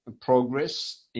progress